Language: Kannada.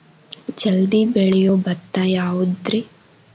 ಜಲ್ದಿ ಬೆಳಿಯೊ ಭತ್ತ ಯಾವುದ್ರೇ?